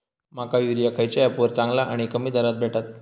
माका युरिया खयच्या ऍपवर चांगला आणि कमी दरात भेटात?